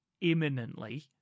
imminently